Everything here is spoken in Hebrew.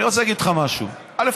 אני רוצה להגיד לך משהו: א.